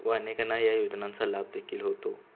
व अनेकांना या योजनांचा लाभदेखील होतो